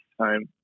time